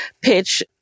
pitch